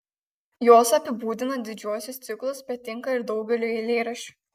jos apibūdina didžiuosius ciklus bet tinka ir daugeliui eilėraščių